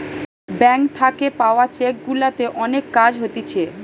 bank থাকে পাওয়া cheque গুলাতে অনেক কাজ হতিছে